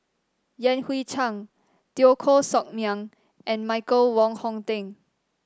Yan Hui Chang Teo Koh Sock Miang and Michael Wong Hong Teng